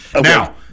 Now